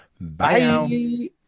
Bye